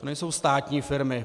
To nejsou státní firmy.